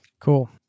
Cool